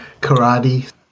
karate